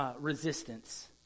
resistance